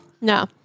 No